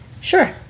Sure